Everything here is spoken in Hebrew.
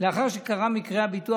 לאחר שקרה מקרה הביטוח.